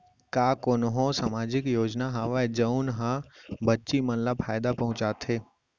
का कोनहो सामाजिक योजना हावय जऊन हा बच्ची मन ला फायेदा पहुचाथे?